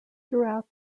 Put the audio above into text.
throughout